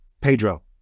Pedro